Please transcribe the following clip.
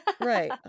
right